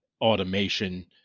automation